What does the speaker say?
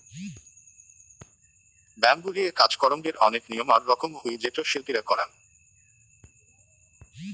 bamboo লিয়ে কাজ করঙ্গের অনেক নিয়ম আর রকম হই যেটো শিল্পীরা করাং